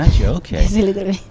okay